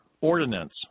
ordinance